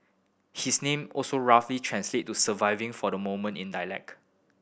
his name also roughly translate to surviving for the moment in dialect